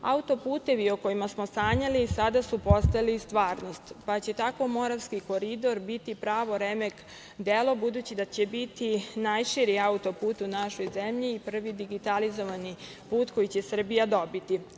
Autoputevi o kojima smo sanjali sada su postali stvarnost, pa će tako Moravski koridor biti pravo remek-delo budući da će biti najširi autoput u našoj zemlji i prvi digitalizovani put koji će Srbija dobiti.